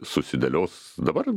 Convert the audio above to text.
susidėlios dabar